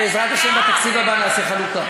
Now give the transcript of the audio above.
בעזרת השם, בתקציב הבא נעשה חלוקה.